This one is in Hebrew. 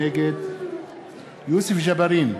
נגד יוסף ג'בארין,